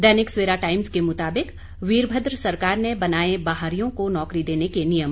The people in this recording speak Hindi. दैनिक सवेरा टाइम्स के मुताबिक वीरभद्र सरकार ने बनाए बाहरियों को नौकरी देने के नियम